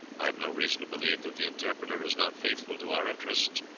i have no reason to believe that the interpreter is not faithful to our interests,